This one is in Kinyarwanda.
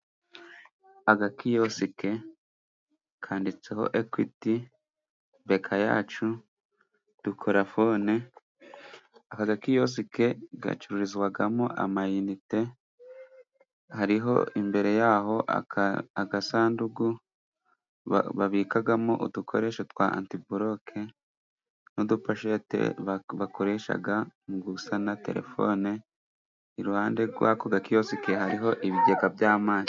Agakiyosike kanditseho Ekwiti Beka yacu dukora fone. Aka gakiyosike gacururizwamo amayinite. Hariho imbere yaho agasanduku babikamo udukoresho twa antiboloke n'uduposhete bakoreshaga mu gusana telefone. Iruhande rw'ako gakiyosike hariho ibigega by'amazi.